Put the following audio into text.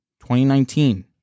2019